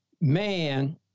man